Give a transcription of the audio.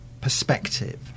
perspective